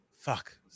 Fuck